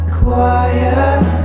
quiet